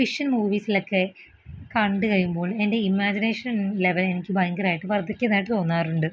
fiction മൂവീസ്ലക്കെ കണ്ട് കഴിയുമ്പോൾ എൻ്റെ ഇമാജിനേഷൻ ലെവലെനിക്ക് ഭയങ്കരായിട്ട് വർധിക്കുന്നതായിട്ട് തോന്നാറുണ്ട്